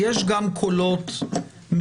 אבל יש גם קולות מקצועיים,